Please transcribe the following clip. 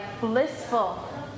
blissful